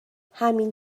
همین